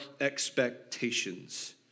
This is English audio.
expectations